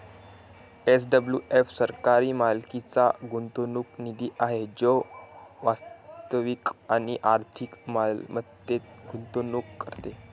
SWF सरकारी मालकीचा गुंतवणूक निधी आहे जो वास्तविक आणि आर्थिक मालमत्तेत गुंतवणूक करतो